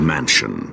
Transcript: Mansion